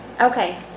Okay